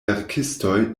verkistoj